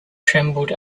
trembled